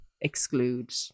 exclude